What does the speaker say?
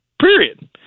period